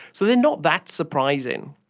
so they are not that surprising.